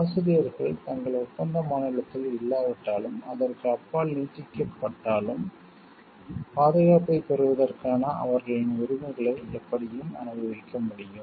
ஆசிரியர்கள் தங்கள் ஒப்பந்த மாநிலத்தில் இல்லாவிட்டாலும் அதற்கு அப்பால் நீட்டிக்கப்பட்டாலும் பாதுகாப்பைப் பெறுவதற்கான அவர்களின் உரிமைகளை எப்படியும் அனுபவிக்க முடியும்